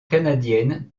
canadienne